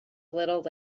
little